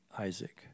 Isaac